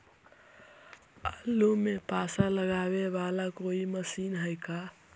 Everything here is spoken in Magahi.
आलू मे पासा लगाबे बाला कोइ मशीन है का?